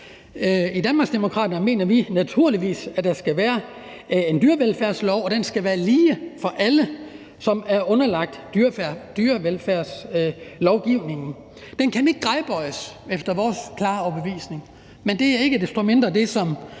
I Danmarksdemokraterne mener vi naturligvis, at der skal være en dyrevelfærdslov, og den skal være lige for alle, som er underlagt dyrevelfærdslovgivningen. Den kan ikke gradbøjes efter vores klare overbevisning, men det er ikke desto mindre det, som